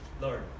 Lord